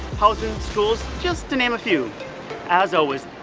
housing, schools, just to name a few as always,